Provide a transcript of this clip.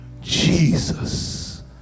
Jesus